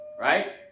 Right